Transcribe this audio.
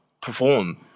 perform